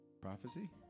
prophecy